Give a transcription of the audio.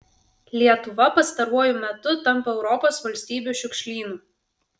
lietuva pastaruoju metu tampa europos valstybių šiukšlynu